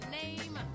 name